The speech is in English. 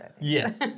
Yes